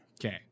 Okay